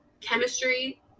chemistry